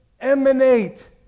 emanate